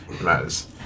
Matters